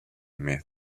meth